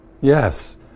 Yes